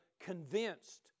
convinced